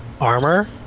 armor